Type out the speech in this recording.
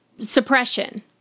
Suppression